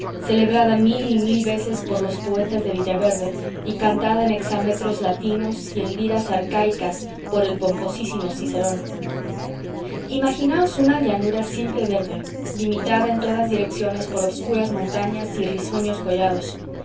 celebrada mil y mil veces por los poetas de villaverde y cantada en exámetros latinos y en liras arcaicas por el pomposísimo cicerón imaginaos una llanura siempre verde limitada en todas direcciones por obscuras montañas y risueños collados